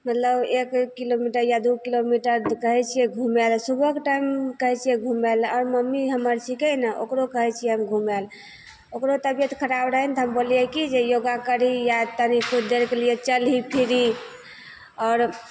मतलब एक किलोमीटर या दू किलोमीटर कहै छिए घुमैले सुबहके टाइम कहै छिए घुमैले आओर मम्मी हमर छिकै ने ओकरो कहै छिए हम घुमैले ओकरो तबिअत खराब रहै ने तऽ हम बोललिए कि जे योगा करही या तनि किछु देरके लिए चलही फिरही आओर